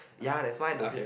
ya that's why the sys~